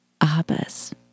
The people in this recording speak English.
Abba's